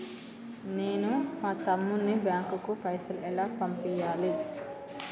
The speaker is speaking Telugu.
నేను మా తమ్ముని బ్యాంకుకు పైసలు ఎలా పంపియ్యాలి?